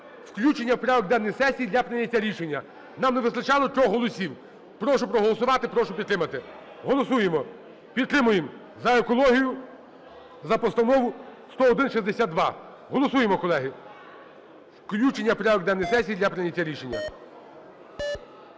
включення у порядок денної сесії для прийняття рішення. Нам не вистачало трьох голосів. Прошу проголосувати, прошу підтримати. Голосуємо. Підтримуємо. За екологію, за постанову 10162. Голосуємо, колеги, включення у порядок денний сесії для прийняття рішення.